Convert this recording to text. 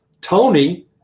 Tony